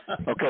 Okay